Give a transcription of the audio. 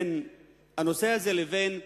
בין הנושא הזה לבין התוכנית,